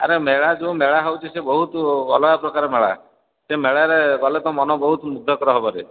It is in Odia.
ଆରେ ମେଳା ଯେଉଁ ମେଳା ହେଉଛି ସେ ବହୁତ ଅଲଗା ପ୍ରକାର ମେଳା ସେ ମେଳାରେ ଗଲେ ତୋ ମନ ବହୁତ ମୁଗ୍ଧକର ହେବରେ